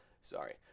Sorry